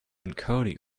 encode